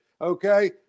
okay